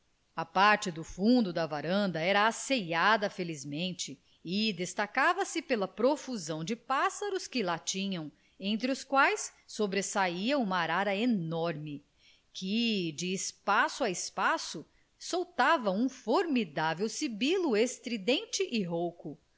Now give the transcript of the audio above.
a parte do fundo da varanda era asseada felizmente e destacava-se pela profusão de pássaros que lá tinham entre os quais sobressaia uma arara enorme que de espaço a espaço soltava um formidável sibilo estridente e rouco